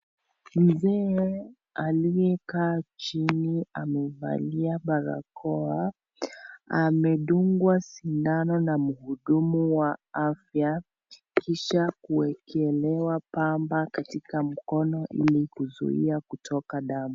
Mzee aliyekaa chini amevalia barakoa amedungwa sindano na mhudumu wa afya kisha kuekelewa pamba katika mkono ili kuzuia kutoka damu.